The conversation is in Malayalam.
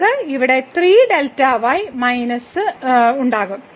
നമ്മൾക്ക് ഇവിടെ 3Δy മൈനസും ഉണ്ടാകും